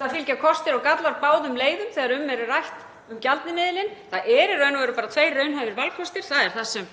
Það fylgja kostir og gallar báðum leiðum þegar rætt er um gjaldmiðilinn. Það er í raun og veru bara tveir raunhæfir valkostir. Það er það sem